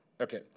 Okay